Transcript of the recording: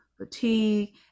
fatigue